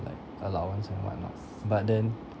like allowance and whatnot but then